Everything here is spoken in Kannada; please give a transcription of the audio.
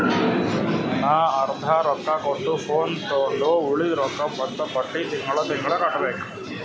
ನಾ ಅರ್ದಾ ರೊಕ್ಕಾ ಕೊಟ್ಟು ಫೋನ್ ತೊಂಡು ಉಳ್ದಿದ್ ರೊಕ್ಕಾ ಮತ್ತ ಬಡ್ಡಿ ತಿಂಗಳಾ ತಿಂಗಳಾ ಕಟ್ಟಬೇಕ್